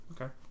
Okay